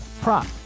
prop